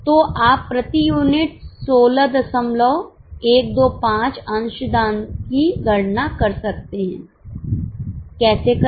तो आप प्रति यूनिट 16125 अंशदान की गणना कर सकते हैं कैसे करें